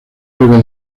breve